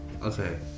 Okay